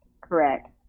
Correct